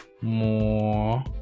more